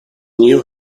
knew